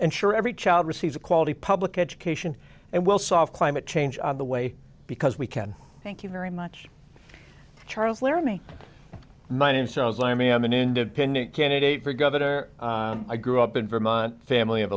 and sure every child receives a quality public education and will solve climate change on the way because we can thank you very much charles laramie my name sells lammy i'm an independent candidate for governor i grew up in vermont family of